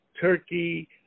Turkey